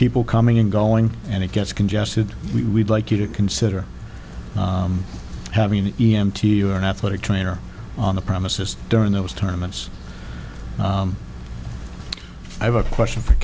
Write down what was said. people coming and going and it gets congested we'd like you to consider having an e m t or an athletic trainer on the promises during those tournaments i have a question for